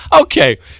Okay